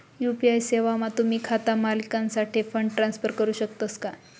UPI सेवामा तुम्ही खाता मालिकनासाठे फंड ट्रान्सफर करू शकतस का